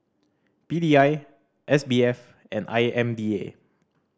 P D I S B F and I M D A